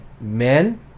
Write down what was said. men